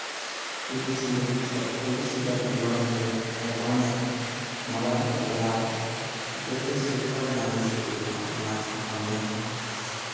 कोइ भी चीज मतलब कोइ भी चीज अगर लॉन्च होइ हइ चाहे बनै हइ तऽ मोबाइलपर डलाइ हइ तऽ देखै छियै तब जानै छियै कि हँ फल्लाँ चीज बनलै हन